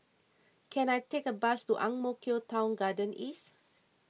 can I take a bus to Ang Mo Kio Town Garden East